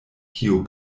kio